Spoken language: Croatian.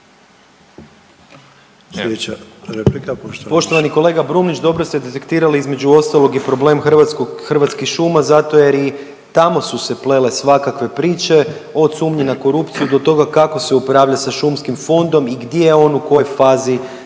Mišel (SDP)** Poštovani kolega Brumnić dobro ste detektirali između ostalog i problem Hrvatskih šuma zato jer i tamo su se plele svakakve priče od sumnje na korupciju do toga kako se upravlja sa šumskim fondom i gdje on u kojoj fazi